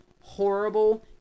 horrible